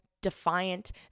defiant